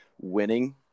winning